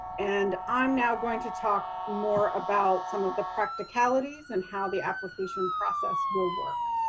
and i'm now going to talk more about some of the practicalities, and how the application process will work.